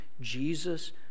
Jesus